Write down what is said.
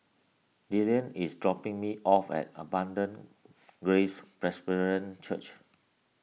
Dillan is dropping me off at Abundant Grace Presbyterian Church